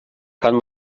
kann